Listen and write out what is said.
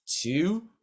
Two